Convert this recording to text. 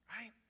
Right